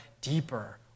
deeper